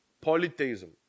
polytheism